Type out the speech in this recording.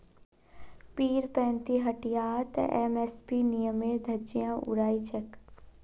पीरपैंती हटियात एम.एस.पी नियमेर धज्जियां उड़ाई छेक